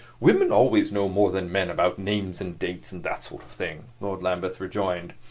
women always know more than men about names and dates and that sort of thing, lord lambeth rejoined.